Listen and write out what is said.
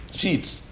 sheets